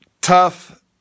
tough